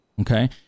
Okay